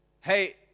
hey